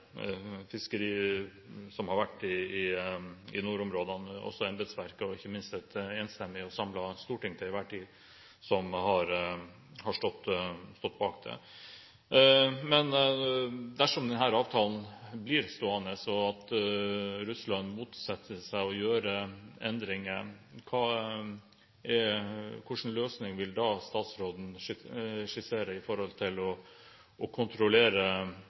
som har vært i nordområdene – også embetsverket, og ikke minst et enstemmig og samlet storting som til enhver tid har stått bak dette. Dersom denne avtalen blir stående og Russland motsetter seg å gjøre endringer, hvilken løsning vil statsråden skissere når det gjelder å kontrollere i Barentshavet? Er det snakk om økte ressurser til Kystvakten? Er det snakk om å ha andre måter å kontrollere